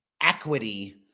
equity